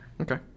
Okay